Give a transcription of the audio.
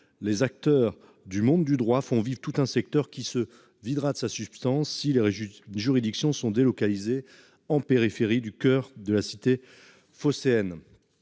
les acteurs du monde du droit font vivre tout un secteur qui se videra de sa substance si les juridictions sont délocalisées en périphérie du coeur de la cité phocéenne.